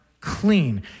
clean